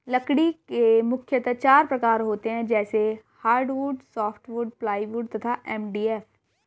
लकड़ी के मुख्यतः चार प्रकार होते हैं जैसे हार्डवुड, सॉफ्टवुड, प्लाईवुड तथा एम.डी.एफ